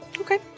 Okay